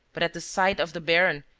but, at the sight of the baron,